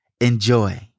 Enjoy